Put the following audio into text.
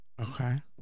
Okay